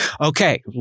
Okay